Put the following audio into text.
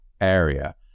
area